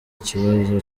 ikibazo